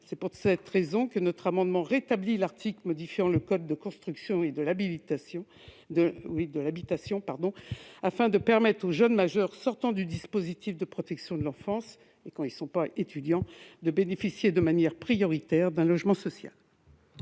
C'est pour cette raison que notre amendement rétablit l'article modifiant le code de la construction et de l'habitation, afin de permettre aux jeunes majeurs qui sortent du dispositif de protection de l'enfance et qui ne sont pas étudiants de bénéficier de manière prioritaire d'un logement social.